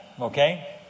okay